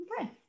Okay